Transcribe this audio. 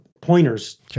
pointers